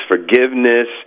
forgiveness